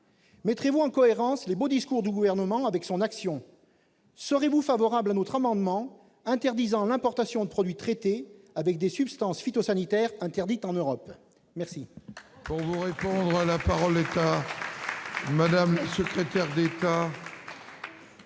mettrez-vous en cohérence les beaux discours du Gouvernement avec son action ? Serez-vous favorable à notre amendement interdisant l'importation de produits traités avec des substances phytosanitaires interdites en Europe ? La